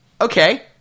Okay